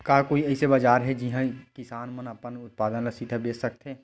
का कोई अइसे बाजार हे जिहां किसान मन अपन उत्पादन ला सीधा बेच सकथे?